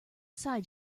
side